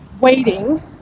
waiting